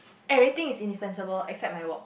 everything is insensible except my work